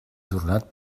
ajornat